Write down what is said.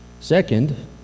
Second